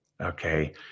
Okay